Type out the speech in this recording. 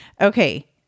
Okay